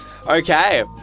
Okay